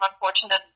unfortunate